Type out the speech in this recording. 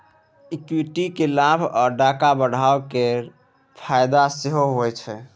equity केँ लाभ आ टका बढ़ब केर फाएदा सेहो होइ छै